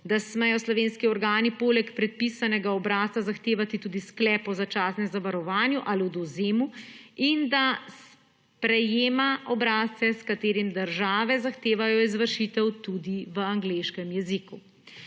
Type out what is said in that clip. da smejo slovenski organi poleg predpisanega obrazca zahtevati tudi sklep o začasnem zavarovanju ali odvzemu in da prejema obrazce s katerim države zahtevajo izvršitev tudi v angleškem jeziku.